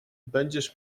będziesz